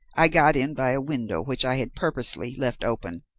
i got in by a window which i had purposely left open,